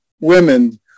women